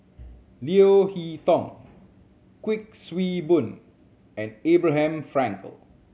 Leo Hee Tong Kuik Swee Boon and Abraham Frankel